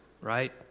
right